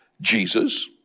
Jesus